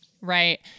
Right